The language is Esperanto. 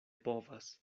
povas